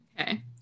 Okay